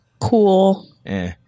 Cool